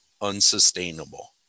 unsustainable